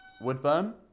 Woodburn